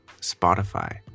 Spotify